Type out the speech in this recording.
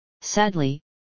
Sadly